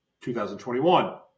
2021